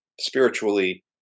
spiritually